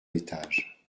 étage